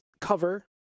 cover